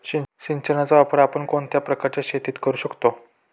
सिंचनाचा वापर आपण कोणत्या प्रकारच्या शेतीत करू शकतो?